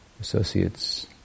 associates